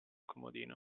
comodino